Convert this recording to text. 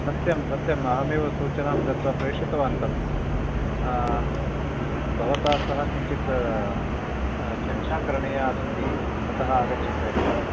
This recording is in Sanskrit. सत्यं सत्यम् अहम् एव सूचनां दत्वा प्रेषितवान् तं भवतः सह किञ्चिद् चर्चा करणीया अस्ति अतः आगच्छन्तु एकवारं